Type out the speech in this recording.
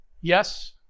Yes